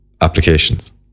applications